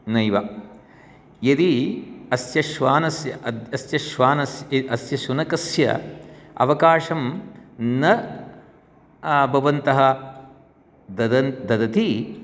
नैव यदि अस्य श्वानस्य अस्य श्वान अस्य शुनकस्य अवकाशं न भवन्तः ददति